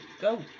go